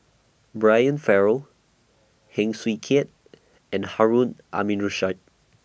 Brian Farrell Heng Swee Keat and Harun Aminurrashid